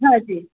हा जी